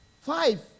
Five